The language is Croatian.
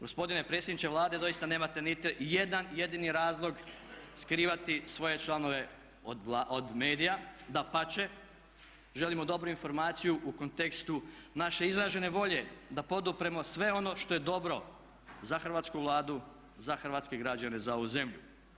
Gospodine predsjedniče Vlade doista nemate nitijedan jedini razlog skrivati svoje članove od medija, dapače, želimo dobru informaciju u kontekstu naše izražene volje da podupremo sve ono što je dobro za Hrvatsku vladu, za hrvatske građane, za ovu zemlju.